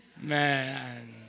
man